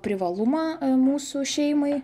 privalumą mūsų šeimai